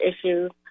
issues